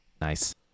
Nice